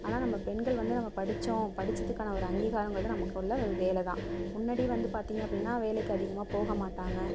ஆனால் நம்ம பெண்கள் வந்து நம்ம படித்தோம் படித்ததுக்கான ஒரு அங்கீகாரங்கிறது நமக்குள்ள ஒரு வேலை தான் முன்னாடி வந்து பார்த்திங்க அப்படினா வேலைக்கு அதிகமாக போகமாட்டாங்க